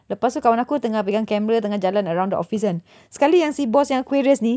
lepas tu kawan aku tengah pegang camera tengah jalan around the office kan sekali yang si boss yang aquarius ni